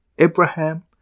Abraham